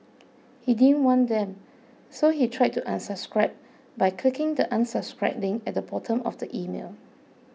he didn't want them so he tried to unsubscribe by clicking the Unsubscribe link at the bottom of the email